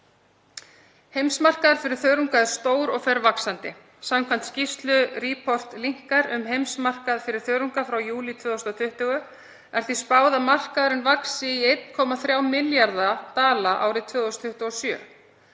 Heimsmarkaður fyrir þörunga er stór og fer vaxandi. Samkvæmt skýrslu The Insight Partners (ReportLinker) um heimsmarkað fyrir þörunga frá júní 2020 er því spáð að markaðurinn vaxi í 1,3 milljarða dala árið 2027.